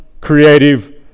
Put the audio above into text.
creative